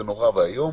זה נורא ואיום.